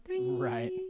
Right